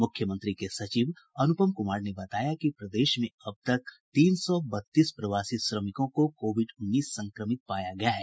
मुख्यमंत्री के सचिव अनुपम कुमार ने बताया कि प्रदेश में अब तक तीन सौ बत्तीस प्रवासी श्रमिकों को कोविड उन्नीस संक्रमित पाया गया है